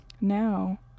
now